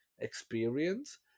experience